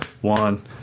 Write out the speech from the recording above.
one